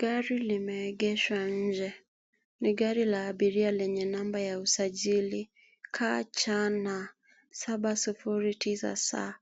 Gari limeegeshwa nje. Ni gari la abiria lenye namba ya usajili KCM 709S